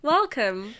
Welcome